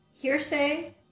Hearsay